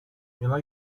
měla